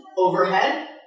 overhead